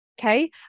Okay